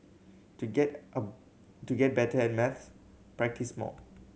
to get to get better at maths practise more